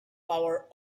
power